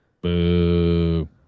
Boo